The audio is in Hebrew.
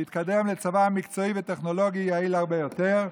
להתקדם לצבא מקצועי וטכנולוגי יעיל הרבה יותר.